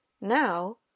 Now